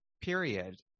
period